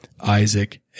Isaac